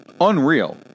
Unreal